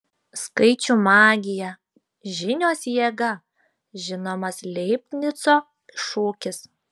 skaičių magija žinios jėga žinomas leibnico šūkis